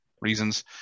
reasons